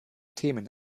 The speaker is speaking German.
themen